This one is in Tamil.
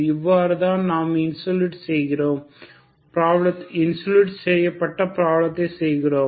இவ்வாறுதான் நாம் இன்சுலேட் செய்யப்பட்ட ப்ராப்ளத்தை சால்வ் செய்கிறோம்